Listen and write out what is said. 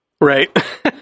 Right